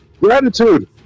Gratitude